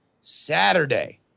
Saturday